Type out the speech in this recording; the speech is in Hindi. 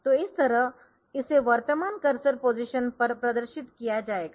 तो इस तरह इसे वर्तमान कर्सर पोजीशन पर प्रदर्शित किया जाएगा